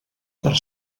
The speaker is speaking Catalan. per